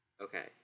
Okay